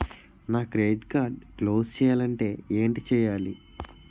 నా credit card close చేయాలంటే ఏంటి చేయాలి?